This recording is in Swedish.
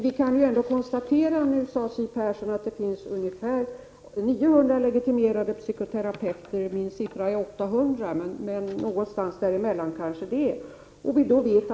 Siw Persson sade att det finns ungefär 900 legitimerade psykoterapeuter. Jag har en siffra som säger att de är 800, och någonstans däremellan kanske den rätta siffran ligger.